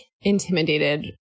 intimidated